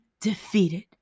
defeated